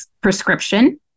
prescription